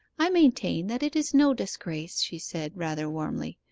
i maintain that it is no disgrace she said, rather warmly.